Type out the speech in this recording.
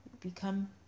become